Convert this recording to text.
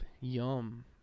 Yum